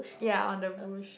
ya on the bush